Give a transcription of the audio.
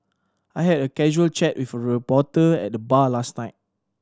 I had a casual chat with a reporter at the bar last night